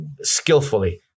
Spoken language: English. skillfully